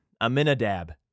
Aminadab